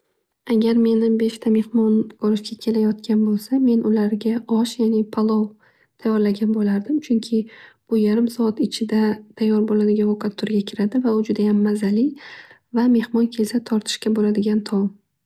Agar meni beshta mehmon ko'rishga kelayotgan bo'lsa men ularga osh yani palov tayorlagan bo'lardim. Chunki bu yarim soat ichida tayyor bo'ladigan ovqat turiga kiradi va u judayam mazali va mehmon kelsa tortishga bo'ladigan taom.